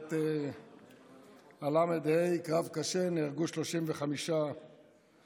שיירת הל"ה, קרב קשה, נהרגו 35 לוחמים,